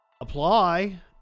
Apply